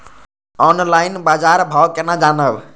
Online बाजार भाव केना जानब?